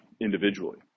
individually